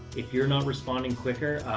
if you're not responding quicker,